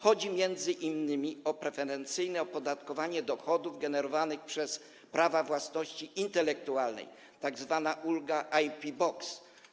Chodzi m.in. o preferencyjne opodatkowanie dochodów generowanych przez prawa własności intelektualnej, tzw. ulgę IP Box.